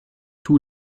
tous